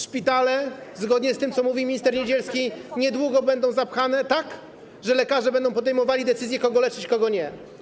Zgodnie z tym, co mówi minister Niedzielski, szpitale niedługo będą tak zapchane, że lekarze będą podejmowali decyzję, kogo leczyć, kogo nie.